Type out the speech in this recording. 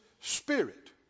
spirit